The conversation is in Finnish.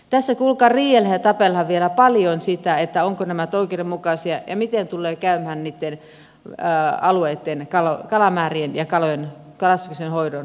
tässä kuulkaa riidellään ja tapellaan vielä paljon siitä ovatko nämä oikeudenmukaisia ja miten tulee käymään niitten alueitten kalamää rien ja kalastuksenhoidon kanssa